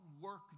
work